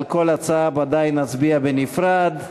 על כל הצעה בוודאי נצביע בנפרד.